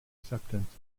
acceptance